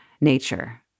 Nature